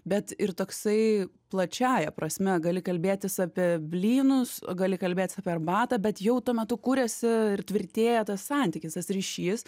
bet ir toksai plačiąja prasme gali kalbėtis apie blynus gali kalbėtis apie arbatą bet jau tuo metu kuriasi ir tvirtėja tas santykis tas ryšys